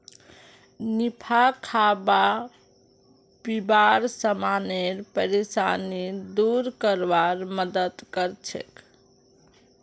निफा खाबा पीबार समानेर परेशानी दूर करवार मदद करछेक